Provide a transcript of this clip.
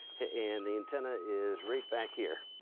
and the antenna is right back here.